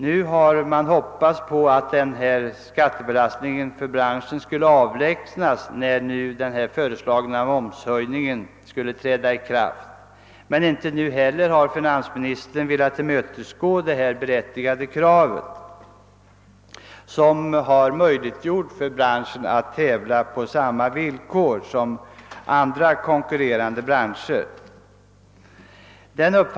Nu hade man hoppats på att denna skattebelastning skulle avlägsnas när den föreslagna momshöjningen skulle träda i kraft. Men inte heller vid det här tillfället har finansministern velat tillmötesgå de berättigade kraven, vilka skulle ha möjliggjort för branschen att tävla på samma villkor som andra konkurrerande branscher.